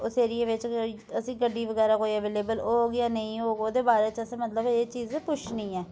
उस ऐरिये बिच्च असेंगी गड्डी बगैरा कोई अवेलेवल होग जा नेईं होग ओह्दे बारे च असें मतलब एह् चीज़ पुच्छनी ऐ